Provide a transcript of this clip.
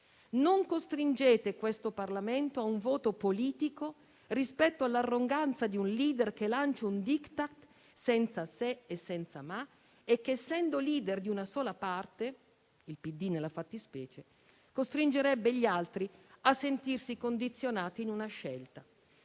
Non costringete questo Parlamento a un voto politico rispetto all'arroganza di un *leader* che lancia un *Diktat* senza se e senza ma e che essendo *leader* di una sola parte - il Partito Democratico nella fattispecie - costringerebbe gli altri a sentirsi condizionati in una scelta.